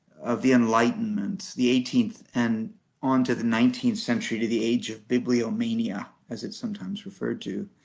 of the enlightenment the eighteenth and on to the nineteenth century to the age of bibliomania, as it's sometimes referred to.